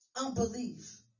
unbelief